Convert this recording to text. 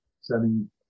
selling